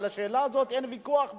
על השאלה הזאת אין ויכוח בכלל.